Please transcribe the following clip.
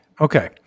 Okay